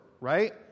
right